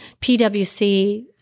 PWC